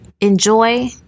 Enjoy